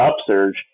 upsurge